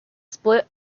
split